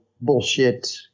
bullshit